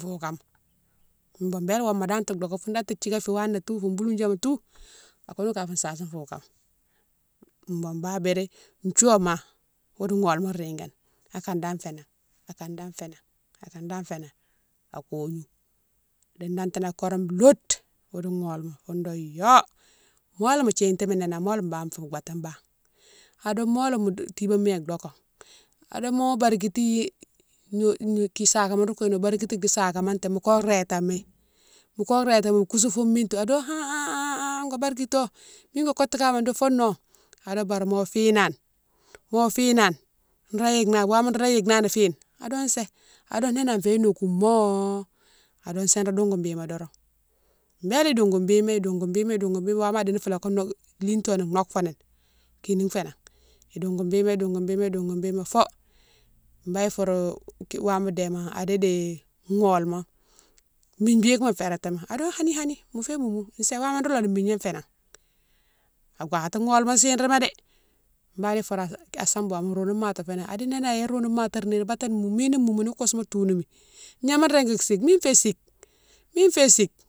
fougane, bélé wonma dane to doké foune dane té djiké fou wana tou fou bouloudiama tou a kounou kadi fou sasi fougama. Bon la biri thiouwouma odou gholma rigane akane dane fénan, akane dane fénan akane dane fénan a kognou di tantane a korome loute wodou gholma fou do yo molé ma thitimi nénan molé ba fou baté bane, ado molé ma tibami yé dokane, ado mo barkiti gnodiou sakéma nro kouye ni mo barkiti di sakéma té mo ko rétame mi, moko rétame mi kousou fou miti ado ha ha ha ko barkito mine wo kotou kama do foune no ado bari mo finane, mo finane nro yike nani wama nro la yike nani fine ado sé, ado nénane fiyé nogoumo, ado sé nro dongou bima doron, bélé dongou bima, dongou bima, dongou bima wama adini fou laka nok, litoni nokfoni kine fénan, idongou bima ibongou bima idongou bima fo bane fourou wamou déma adidi gholma migne bikema fératimi ado hanni hanni mo fiyé moumou sé wama nro loh ni migna fénan, a gohati gholma chiréma dé bane ifourou an sambou rounou mati fénan adi nénan ya rounou matima né baté moumou mini moumou ni kousouma tounimi gnama régui sike, mine fiyé sike, mine fiyé sike.